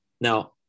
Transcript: now